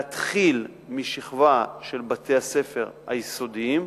להתחיל משכבה של בתי-הספר היסודיים,